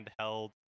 handheld